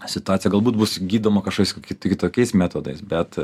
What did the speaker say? situacija galbūt bus gydoma kažkokiais ki kitokiais metodais bet